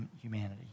humanity